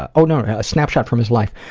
oh no, ah snapshot from his life.